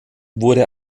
wurde